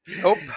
nope